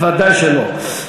ודאי שלא.